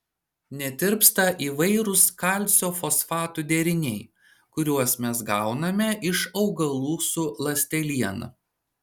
netirpsta įvairūs kalcio fosfatų deriniai kuriuos mes gauname iš augalų su ląsteliena